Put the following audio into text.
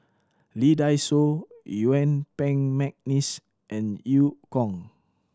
Lee Dai Soh Yuen Peng McNeice and Eu Kong